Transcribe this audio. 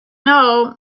know